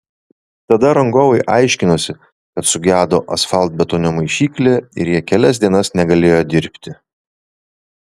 tada rangovai aiškinosi kad sugedo asfaltbetonio maišyklė ir jie kelias dienas negalėjo dirbti